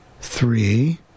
three